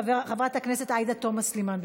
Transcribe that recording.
חברת הכנסת עאידה תומא סלימאן,